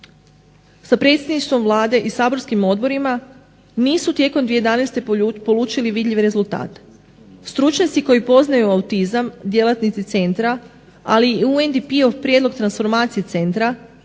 sa predsjedništvom Vlade i saborskim odborima nisu tijekom 2011. polučili vidljiv rezultat. Stručnjaci koji poznaju autizam, djelatnici centra ali i UNDP prijedlog transformacije centra